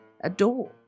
adore